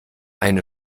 eine